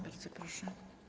Bardzo proszę.